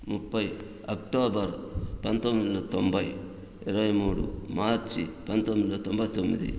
ముప్పై అక్టోబర్ పంతొమ్మిది వందల తొంభై ఇరవై మూడు మార్చి పంతొమ్మిది వందల తొంభై తొమ్మిది